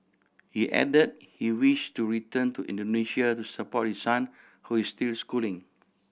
he added that he wished to return to Indonesia to support his son who is still schooling